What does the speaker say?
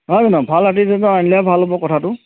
হয়নে নহয় ভাল আৰ্টিষ্ট এজন আনিলেহে ভাল হ'ব কথাটো